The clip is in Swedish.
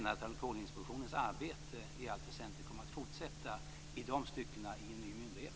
Alkoholinspektionens arbete kommer alltså att fortsätta i dessa stycken inom en ny myndighet.